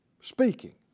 Speaking